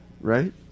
right